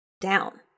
down